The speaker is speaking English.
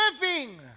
living